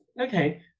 okay